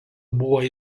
buvo